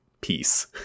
peace